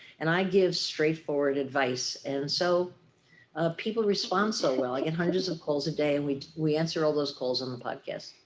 and i give straightforward advice. and so people respond so well. i get hundreds of calls a day and we we answer all those calls on the podcast.